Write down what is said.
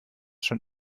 schon